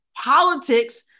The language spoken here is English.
politics